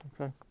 Okay